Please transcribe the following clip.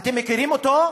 אתם מכירים אותו?